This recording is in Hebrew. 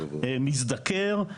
מזדקר,